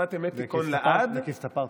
"שפת אמת תיכון לעד, " זה כי הסתפרת.